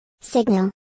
Signal